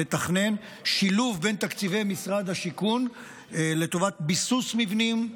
לתכנן שילוב בין תקציבי משרד השיכון לטובת ביסוס מבנים,